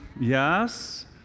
yes